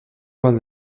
mals